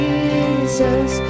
Jesus